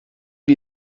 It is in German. wir